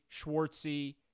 Schwartzy